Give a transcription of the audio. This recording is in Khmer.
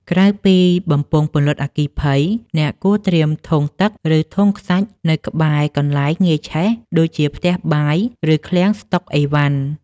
ក្រៅពីបំពង់ពន្លត់អគ្គីភ័យ អ្នកគួរត្រៀមធុងទឹក ឬធុងខ្សាច់នៅក្បែរកន្លែងងាយឆេះ ដូចជាផ្ទះបាយ ឬឃ្លាំងស្តុកឥវ៉ាន់។